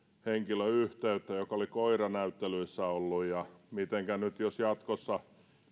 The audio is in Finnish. henkilö joka oli koiranäyttelyissä ollut mitenkä nyt jos jatkossa